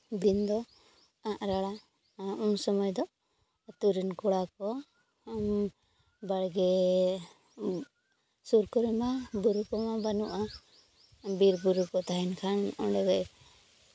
ᱫᱤᱱ ᱫᱚ ᱟᱸᱜ ᱨᱟᱲᱟ ᱩᱱ ᱥᱚᱢᱚᱭ ᱫᱚ ᱟᱹᱛᱩ ᱨᱮᱱ ᱠᱚᱲᱟ ᱠᱚ ᱵᱟᱲᱜᱮ ᱥᱩᱨ ᱠᱚᱨᱮᱢᱟ ᱵᱩᱨᱩ ᱠᱚᱢᱟ ᱵᱟᱹᱱᱩᱜᱼᱟ ᱵᱤᱨᱼᱵᱩᱨᱩ ᱠᱚ ᱛᱟᱦᱮᱱ ᱠᱷᱟᱱ ᱚᱸᱰᱮ